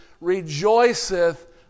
rejoiceth